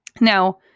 Now